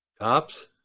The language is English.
Cops